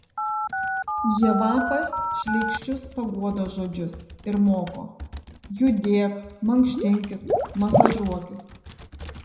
jie vapa šleikščius paguodos žodžius ir moko judėk mankštinkis masažuokis